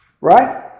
right